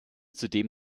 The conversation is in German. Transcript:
zudem